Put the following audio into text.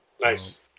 nice